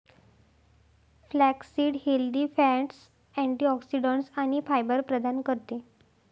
flaxseed healthy fats, antioxidants आणि fibre प्रदान करते